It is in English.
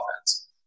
offense